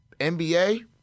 NBA